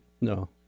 No